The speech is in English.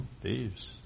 Thieves